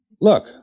Look